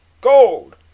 Gold